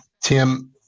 Tim